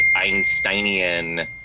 Einsteinian